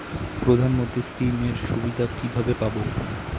প্রধানমন্ত্রী স্কীম এর সুবিধা কিভাবে পাবো?